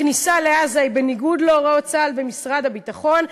הכניסה לעזה היא בניגוד להוראות צה"ל ומשרד הביטחון,